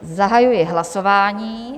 Zahajuji hlasování.